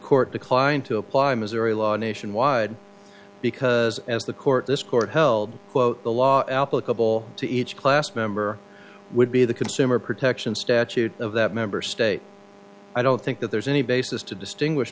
court declined to apply missouri law nationwide because as the court this court held quote the law applicable to each class member would be the consumer protection statute of that member state i don't think that there's any basis to distinguish